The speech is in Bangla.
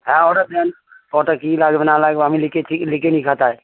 হ্যাঁ অর্ডার দেন কটা কী লাগবে না লাগবে আমি লিখেছি লিখে নিই খাতায়